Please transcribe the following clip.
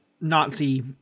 nazi